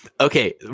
Okay